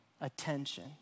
attention